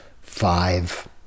five